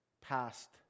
past